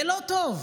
זה לא טוב.